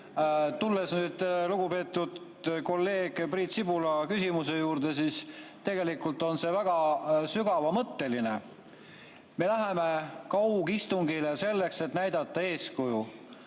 Tulen lugupeetud kolleegi Priit Sibula küsimuse juurde, sest tegelikult on see väga sügavamõtteline. Me läheme kaugistungile selleks, et näidata eeskuju.